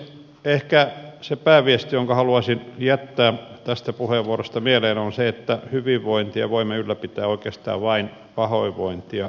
ehkä se pääviesti jonka haluaisin jättää tästä puheenvuorosta mieleen on se että hyvinvointia voimme ylläpitää oikeastaan vain pahoinvointia vähentämällä